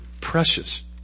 precious